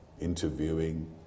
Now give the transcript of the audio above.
interviewing